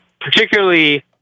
particularly –